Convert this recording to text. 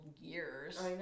years